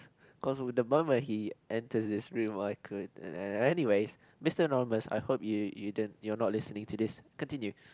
cause with the balm when he enters this room I could anyways Mr Anonymous I hope you you you're not listening to this continue